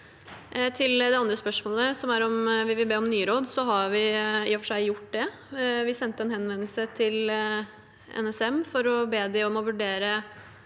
Til det andre spørsmålet, om vi vil be om nye råd: Vi har i og for seg gjort det. Vi sendte en henvendelse til NSM for å be dem om på nytt